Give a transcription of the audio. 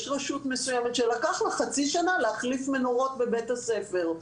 יש רשות מסוימת שלקח לה חצי שנה להחליף מנורות בבית הספר.